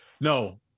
no